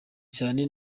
cyane